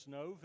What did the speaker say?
no